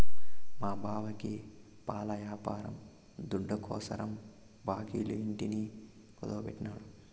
మా బావకి పాల యాపారం దుడ్డుకోసరం బాంకీల ఇంటిని కుదువెట్టినాడు